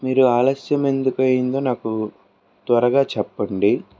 మీరు ఆలస్యం ఎందుకు అయిందో నాకు త్వరగా చెప్పండి